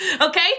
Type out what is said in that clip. okay